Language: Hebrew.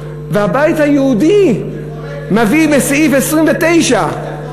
והבית היהודי מביא בסעיף 29,